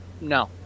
No